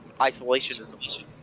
isolationism